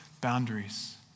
boundaries